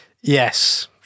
Yes